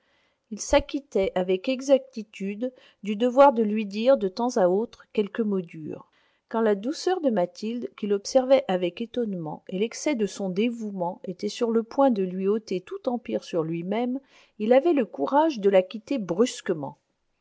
il s'acquittait avec exactitude du devoir de lui dire de temps à autre quelque mot dur quand la douceur de mathilde qu'il observait avec étonnement et l'excès de son dévouement étaient sur le point de lui ôter tout empire sur lui-même il avait le courage de la quitter brusquement